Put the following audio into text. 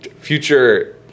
future